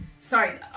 sorry